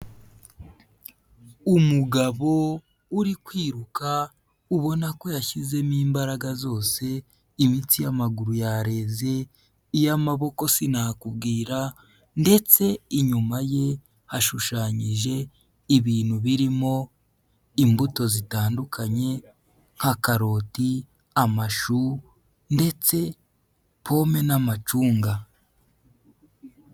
Umugabo uri kwiruka, ubona ko yashyizemo imbaraga zose, imitsi y'amaguru yareze, iy'amaboko sinakubwira ndetse inyuma ye hashushanyije ibintu birimo imbuto zitandukanye nka karoti, amashu ndetse pome n'amacunga.